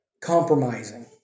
compromising